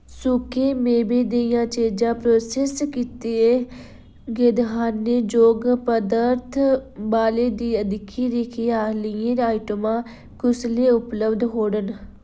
सुक्के मेवें दियां चीजां प्रोसैस्स कीते गेदे खाने जोग पदार्थ बाले दी दिक्खी रिक्खी आह्लियें आइटमां कुसलै उपलब्ध होनन